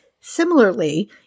Similarly